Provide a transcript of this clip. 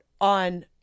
on